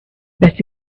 better